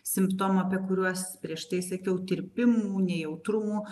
simptomų apie kuriuos prieš tai sakiau tirpimu nejautrumų